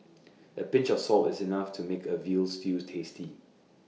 the pinch of salt is enough to make A Veal Stew tasty